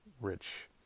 rich